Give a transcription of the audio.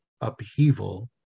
upheaval